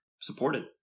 supported